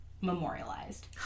memorialized